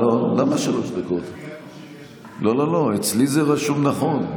לא, אצלי זה רשום נכון.